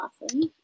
awesome